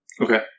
Okay